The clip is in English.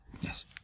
Yes